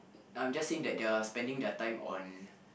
I'm just saying that they are spending their time on